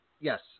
Yes